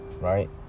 right